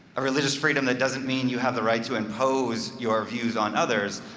a religious freedom that doesn't mean you have the right to impose your views on others,